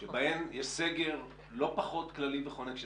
שבהן יש סגר לא פחות כללי וחונק,